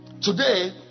Today